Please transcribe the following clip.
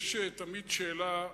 יש תמיד שאלה,